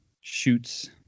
shoots